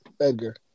Edgar